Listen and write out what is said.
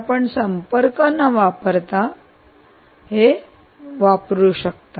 तर आपण संपर्क न वापरता वापरू शकता